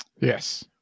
Yes